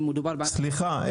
שמדובר --- סליחה,